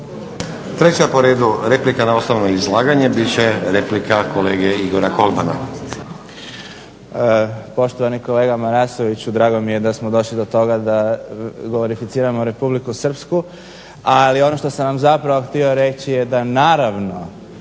Treća po redu replika na osnovno izlaganje biti će replika kolege Igora Kolmana. **Kolman, Igor (HNS)** Poštovani kolega Marasoviću drago mi je da smo došli do toga da glorificiramo Republiku Srpsku, ali ono što sam vam zapravo htio reći da naravno